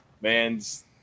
Man's